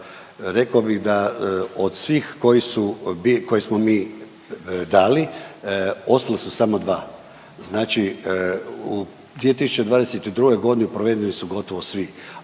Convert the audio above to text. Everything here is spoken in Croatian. rekao bih da od svih koje smo mi dali ostala su samo dva. Znači u 2022. godini provedeni su gotovo svi,